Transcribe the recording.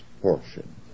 portion